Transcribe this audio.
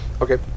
Okay